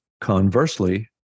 Conversely